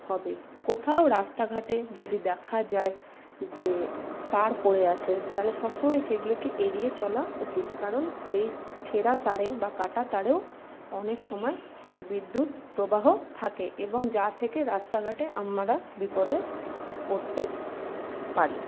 হবে কোথাও রাস্তাঘাটে যদি দেখা যায় যে তার পড়ে আছে তাহলে সবসময় সেইগুলোকে এড়িয়ে চলা উচিত কারণ সেই ছেঁড়া তারে বা কাটা তারেও অনেক সময় বিদ্যুৎ প্রবাহ থাকে এবং যা থেকে রাস্তাঘাটে আমরা বিপদে পড়তে পারি